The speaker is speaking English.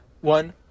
one